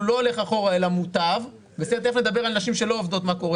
לא הולך אחורה אלא מוטב - ותכף נדבר על נשים שלא עובדות ומה קורה